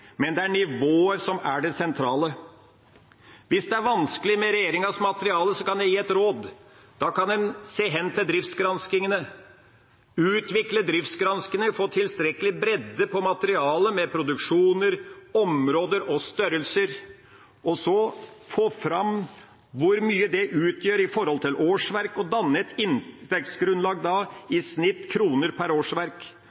men det er nivået som er det sentrale. Hvis det er vanskelig med regjeringas materiale, kan jeg gi et råd. Da kan en se hen til driftsgranskingene, utvikle driftsgranskingene og få tilstrekkelig bredde på materialet med produksjoner, områder og størrelser, og så få fram hvor mye det utgjør i forhold til årsverk, og da danne et inntektsgrunnlag